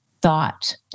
thought